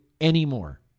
anymore